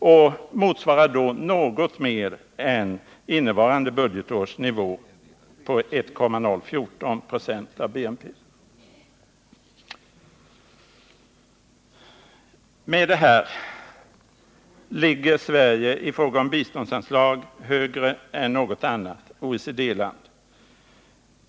Det motsvarar något mer än innevarande budgetårs nivå på 1,014 96 av BNP. Med det här ligger Sverige i fråga om biståndsanslag högre än något annat OECD-land.